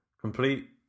complete